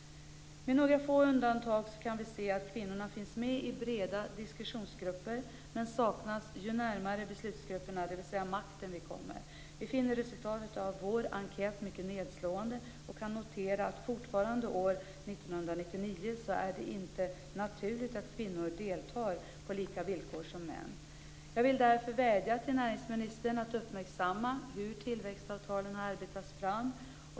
Med några få undantag kan vi se att kvinnorna finns med i breda diskussionsgrupper men saknas ju närmare beslutsgrupperna, dvs. makten, vi kommer. Vi finner resultatet av vår enkät mycket nedslående. Vi kan notera att fortfarande, år 1999, är det inte naturligt att kvinnor deltar på lika villkor som män. Jag vill därför vädja till näringsministern att uppmärksamma hur tillväxtavtalen arbetas fram.